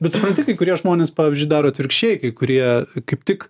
bet supranti kai kurie žmonės pavyzdžiui daro atvirkščiai kai kurie kaip tik